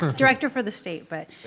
director for the state but yeah.